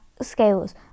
scales